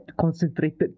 concentrated